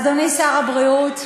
אדוני שר הבריאות,